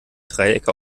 dreiecke